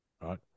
Right